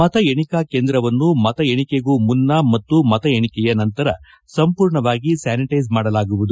ಮತ ಎಣಿಕಾ ಕೇಂದ್ರವನ್ನು ಮತ ಎಣಿಕೆಗೂ ಮುನ್ನ ಮತ್ತು ಮತ ಎಣಿಕೆಯ ನಂತರ ಸಂಪೂರ್ಣವಾಗಿ ಸ್ಕಾನಿಟೈಸ್ ಮಾಡಲಾಗುವುದು